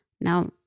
now